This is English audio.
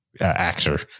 actor